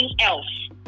else